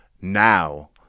now